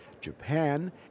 Japan